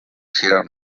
here